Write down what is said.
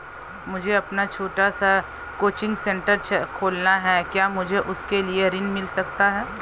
मुझे अपना छोटा सा कोचिंग सेंटर खोलना है क्या मुझे उसके लिए ऋण मिल सकता है?